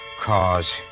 cause